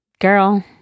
Girl